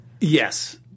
Yes